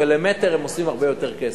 ולמטר רבוע הם עושים הרבה יותר כסף.